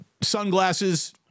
sunglasses